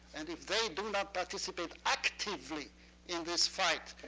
and if they do not participate actively in this fight,